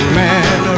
man